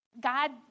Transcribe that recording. God